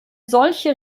solche